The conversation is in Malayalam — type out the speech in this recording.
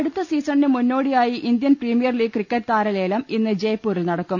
അടുത്ത സീസണിന് മുന്നോടിയായി ഇന്ത്യൻ പ്രീമിയർ ലീഗ് ക്രിക്കറ്റ് താര ലേലം ഇന്ന് ജയ്പൂരിൽ നടക്കും